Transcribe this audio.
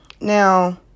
Now